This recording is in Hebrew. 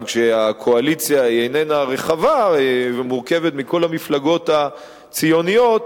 כשהקואליציה איננה רחבה ומורכבת מכל המפלגות הציוניות,